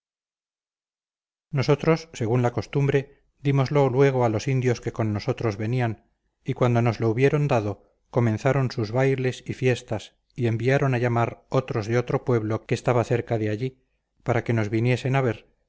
nosotros según la costumbre dímoslo luego a los indios que con nosotros venían y cuando nos lo hubieron dado comenzaron sus bailes y fiestas y enviaron a llamar otros de otro pueblo que estaba cerca de allí para que nos viniesen a ver